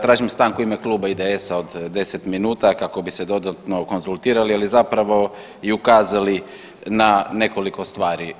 Tražim stanku u ime kluba IDS-a od deset minuta kako bi se dodatno konzultirali, ali zapravo i ukazali na nekoliko stvari.